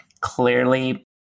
clearly